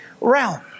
realm